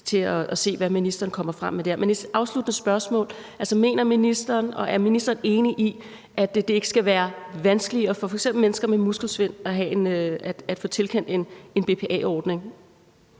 til at se, hvad ministeren kommer frem med dér. Men et afsluttende spørgsmål er, om ministeren mener og er enig i, at det ikke skal være vanskeligere for f.eks. mennesker med muskelsvind at få tilkendt en BPA-ordning.